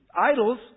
idols